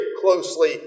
closely